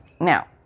Now